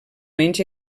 menys